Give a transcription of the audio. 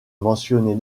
mentionner